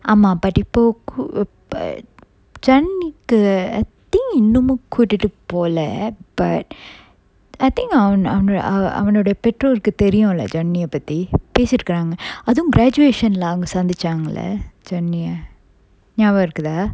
ஆமா:aama but இப்போ:ippo janani I think இன்னுமும் கூட்டிட்டு போல:innumum koottittu pola but I think அவன் அவனோட அவனோடய பெற்றோருக்கு தெரியும்ல:avan avanoda avanodaya petrorukku theriyumla janani ah பத்தி பேசி இருக்குறாங்க அதுவும்:patthi pesi irukkuranga athuvum graduation lah அவங்க சந்திச்சாங்கல:avanga santhichangala janani ah ஞாபகம் இருக்குதா:njapakam irukkutha